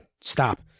stop